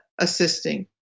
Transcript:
assisting